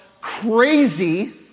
crazy